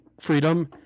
freedom